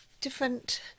different